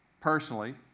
personally